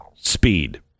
Speed